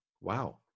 Wow